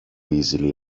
easily